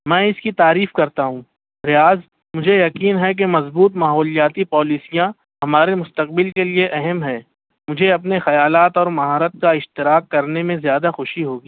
میں اس کی تعریف کرتا ہوں ریاض مجھے یقین ہے کہ مضبوط ماحولیاتی پالیسیاں ہمارے مستقبل کے لیے اہم ہیں مجھے اپنے خیالات اور مہارت کا اشتراک کرنے میں زیادہ خوشی ہوگی